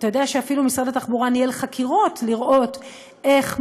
אתה יודע שאפילו משרד התחבורה ניהל חקירות לראות איך,